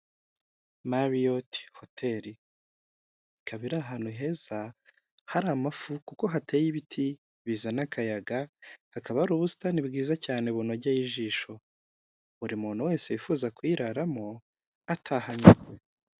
Mariyoti hoteli, ikaba ari ahantu heza hari amafu kuko hateye ibiti bizana akayaga; hakaba hari ubusitani bwiza cyane bunogeye ijisho, buri muntu wese wifuza kuyiraramo ataha anyuzwe.